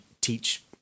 teach